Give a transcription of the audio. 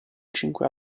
cinque